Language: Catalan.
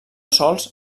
sols